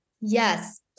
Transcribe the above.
Yes